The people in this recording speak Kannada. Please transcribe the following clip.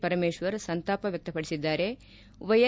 ಪರಮೇಶ್ವರ್ ಸಂತಾಪ ವ್ಯಕ್ತಪಡಿಸಿದ್ದಾರೆವ್ಯೆ